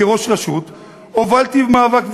כראש רשות הובלתי מאבק,